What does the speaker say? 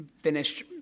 finished